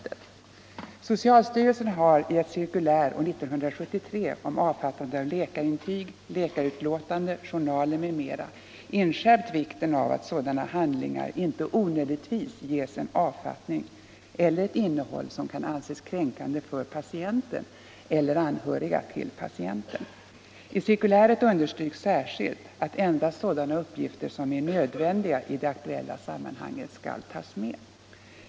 28 oktober 1976 Socialstyrelsen har i ett cirkulär år 1973 om avfattande av läkarintyg, — läkarutlåtanden, journaler m.m. inskärpt vikten av att sådana handlingar . Om anteckningar i inte onödigtvis ges en avfattning eller ett innehåll som kan anses krän — patientjournaler kande för patienten eller anhöriga till patienten. I cirkuläret understryks särskilt att endast sådana uppgifter som är nödvändiga i det aktuella sammanhanget skall tas med.